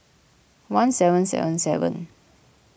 one seven seven seven